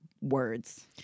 words